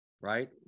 Right